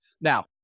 Now